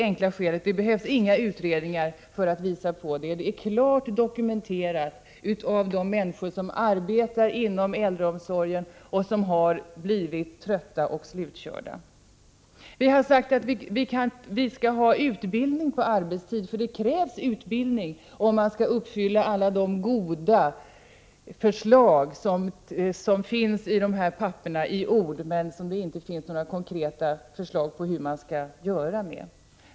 Det behövs inga utredningar för att visa detta. Det är klart dokumenterat av de människor som arbetar inom äldreomsorgen och som har blivit trötta och slutkörda. Vi har sagt att personalen skall ha utbildning på arbetstid, därför att det krävs utbildning om man skall kunna uppfylla alla de goda förslag som finns i dessa papper — i ord; det finns inga konkreta förslag om hur man skall genomföra dem.